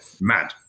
mad